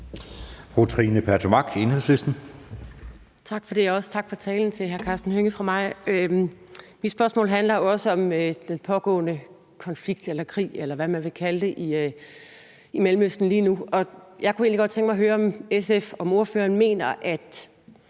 Trine Pertou Mach (EL): Tak for det, og også tak for talen til hr. Karsten Hønge. Mit spørgsmål handler også om den pågående konflikt eller krig, eller hvad man vil kalde det, i Mellemøsten lige nu. Jeg kunne egentlig godt tænke mig at høre, om SF's ordfører mener, at